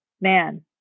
man